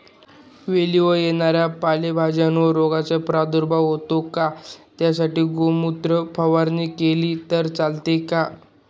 वेलीवर येणाऱ्या पालेभाज्यांवर रोगाचा प्रादुर्भाव होतो का? त्यासाठी गोमूत्र फवारणी केली तर चालते का?